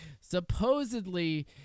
supposedly